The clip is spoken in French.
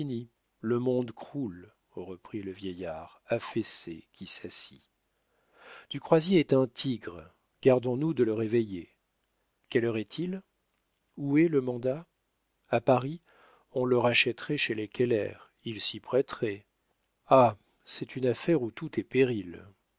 le monde croule reprit le vieillard affaissé qui s'assit du croisier est un tigre gardons-nous de le réveiller quelle heure est-il où est le mandat à paris on le rachèterait chez les keller ils s'y prêteraient ah c'est une affaire où tout est péril